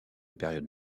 période